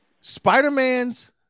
spider-man's